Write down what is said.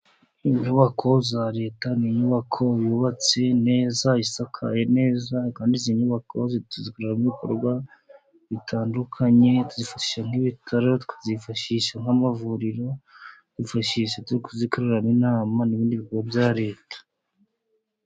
Inyubako za Leta ni inyubako yubatse neza isakaye neza, kandi izi nyubako zicururizwamo ibikorwa bitandukanye, tuzifashisha nk'ibitaro, tukazifashisha nk'amavuriro, tukazifashisha turi kuzikoreramo inama n'ibindi bikorwa bya Leta.